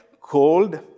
cold